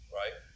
right